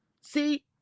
See